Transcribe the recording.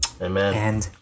Amen